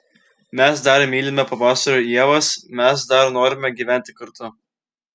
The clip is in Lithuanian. mes dar mylime pavasarių ievas mes dar norime gyventi kartu